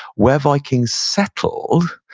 where vikings settled,